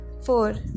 Four